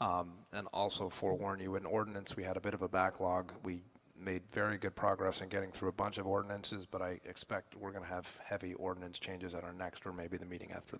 and also forewarned when ordinance we had a bit of a backlog we made very good progress in getting through a bunch of ordinances but i expect we're going to have heavy ordinance changes at our next or maybe the meeting after